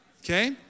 okay